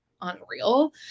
unreal